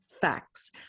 facts